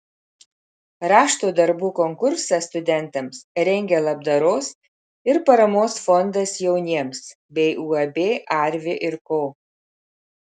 rašto darbų konkursą studentams rengia labdaros ir paramos fondas jauniems bei uab arvi ir ko